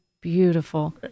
Beautiful